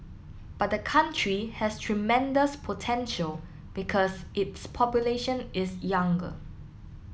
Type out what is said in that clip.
but the country has tremendous potential because its population is younger